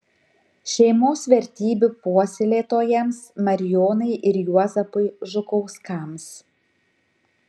šeimos vertybių puoselėtojams marijonai ir juozapui žukauskams